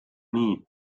nii